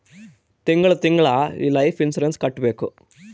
ತಿಂಗಳ ತಿಂಗಳಾ ಈ ಲೈಫ್ ಇನ್ಸೂರೆನ್ಸ್ ಕಟ್ಬೇಕು